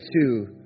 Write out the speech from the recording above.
two